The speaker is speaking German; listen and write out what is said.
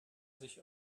sich